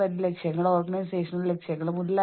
ഇക്കാര്യത്തിൽ വേണ്ടത്ര ഊന്നൽ നൽകാനാവില്ല